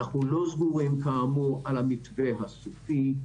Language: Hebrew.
אנחנו סגורים, כאמור, על המתווה הבסיסי.